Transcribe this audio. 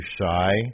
shy